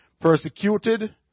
persecuted